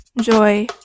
Joy